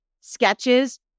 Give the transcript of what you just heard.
sketches